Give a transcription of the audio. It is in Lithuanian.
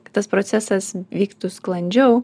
tas procesas vyktų sklandžiau